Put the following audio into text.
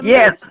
Yes